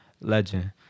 Legend